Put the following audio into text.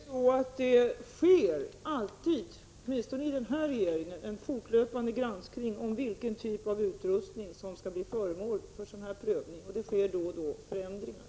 Fru talman! Det sker alltid — åtminstone i den här regeringen — en fortlöpande granskning av vilken typ av utrustning som skall bli föremål för sådan prövning, och det sker då och då förändringar.